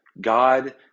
God